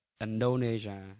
Indonesia